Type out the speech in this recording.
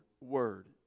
Word